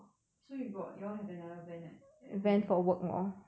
so you got you all have another van at at home